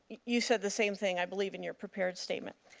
you said the same thing, i believe, in your prepared statement.